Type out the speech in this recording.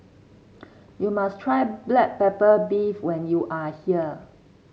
you must try Black Pepper Beef when you are here